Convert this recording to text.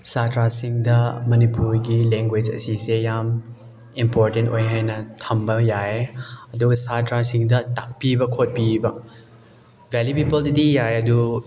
ꯁꯥꯇ꯭ꯔꯁꯤꯡꯗ ꯃꯅꯤꯄꯨꯔꯒꯤ ꯂꯦꯡꯒ꯭ꯋꯦꯁ ꯑꯁꯤꯁꯦ ꯌꯥꯝ ꯏꯝꯄꯣꯔꯇꯦꯟ ꯑꯣꯏ ꯍꯥꯏꯅ ꯊꯝꯕ ꯌꯥꯏꯌꯦ ꯑꯗꯨꯒ ꯁꯥꯇ꯭ꯔꯁꯤꯡꯗ ꯇꯥꯛꯄꯤꯕ ꯈꯣꯠꯄꯤꯕ ꯕꯦꯜꯂꯤ ꯄꯤꯄꯜꯗꯗꯤ ꯌꯥꯏ ꯑꯗꯨ